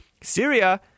Syria